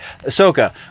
Ahsoka